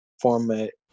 format